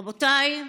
רבותיי,